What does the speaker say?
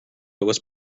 was